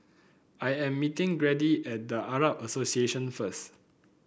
I am meeting Grady at The Arab Association first